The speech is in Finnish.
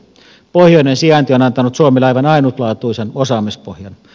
pohjoinen sijainti on antanut suomelle aivan ainutlaatuisen osaamispohjan